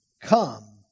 come